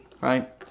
right